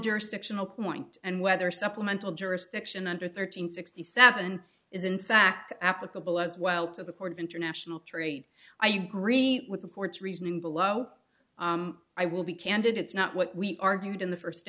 jurisdictional point and whether supplemental jurisdiction under thirteen sixty seven is in fact applicable as well to the port of international trade i agree with the ports reasoning below i will be candid it's not what we argued in the first